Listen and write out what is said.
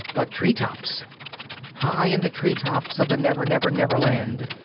the tree tops high in the tree tops of the never-never-never land,